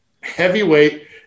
Heavyweight